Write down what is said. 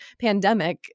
pandemic